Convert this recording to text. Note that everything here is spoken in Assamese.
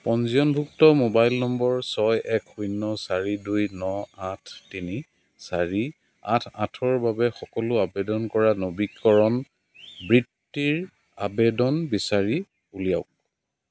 পঞ্জীয়নভুক্ত মোবাইল নম্বৰ ছয় এক শূন্য চাৰি দুই ন আঠ তিনি চাৰি আঠ আঠৰ বাবে সকলো আৱেদন কৰা নৱীকৰণ বৃত্তিৰ আৱেদন বিচাৰি উলিয়াওক